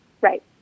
Right